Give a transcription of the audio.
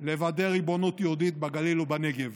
לוודא ריבונות יהודית בגליל ובנגב.